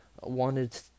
wanted